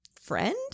friend